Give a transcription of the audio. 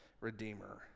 Redeemer